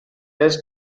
his